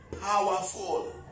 powerful